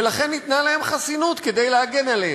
ולכן ניתנה להם חסינות כדי להגן עליהם.